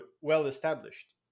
well-established